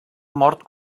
mort